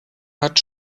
hat